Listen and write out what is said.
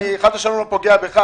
אני חס ושלום לא פוגע בך.